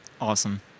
Awesome